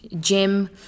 gym